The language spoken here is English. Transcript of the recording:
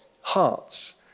hearts